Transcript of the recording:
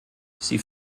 sie